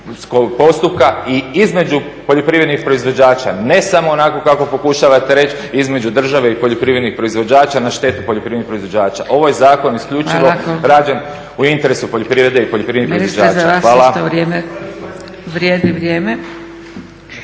postupka i između poljoprivrednih proizvođača ne samo onako kako pokušavate reći između države i poljoprivrednih proizvođača na štetu poljoprivrednih proizvođača. Ovaj zakon je isključivo rađen u interesu poljoprivrede i poljoprivrednih proizvođača. Hvala.